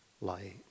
light